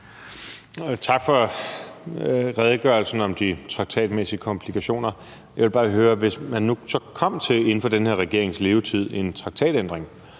Tak for redegørelsen om de traktatmæssige komplikationer. Jeg vil bare høre, om vi, hvis det nu inden for den her regerings levetid kom til en traktatændring,